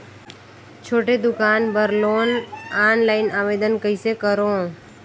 छोटे दुकान बर लोन ऑफलाइन आवेदन कइसे करो?